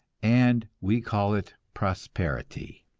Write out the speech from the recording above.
and we call it prosperity.